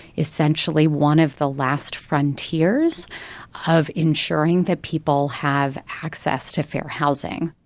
essentially, one of the last frontiers of ensuring that people have access to fair housing,